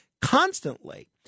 constantly